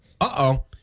Uh-oh